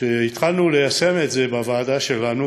כשהתחלנו ליישם את זה בוועדה שלנו,